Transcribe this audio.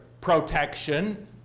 protection